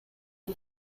los